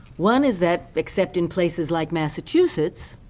one is that except in places like massachusetts,